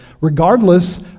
regardless